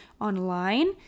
online